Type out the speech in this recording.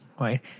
right